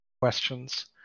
questions